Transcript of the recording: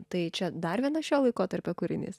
tai čia dar vienas šio laikotarpio kūrinys